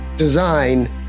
Design